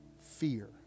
fear